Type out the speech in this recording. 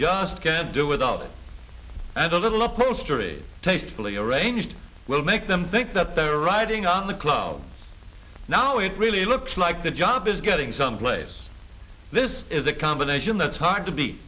just can't do without it and a little upholstery takes lio ranged will make them think that they're riding on the clouds now it really looks like the job is getting some place this is a combination that's hard to be